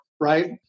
right